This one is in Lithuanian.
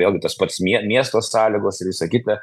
vėlgi tas pats mie miesto sąlygos ir visa kita